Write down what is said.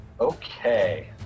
Okay